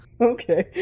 Okay